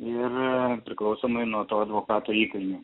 ir priklausomai nuo to advokato įkainių